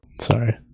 Sorry